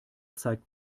zeigt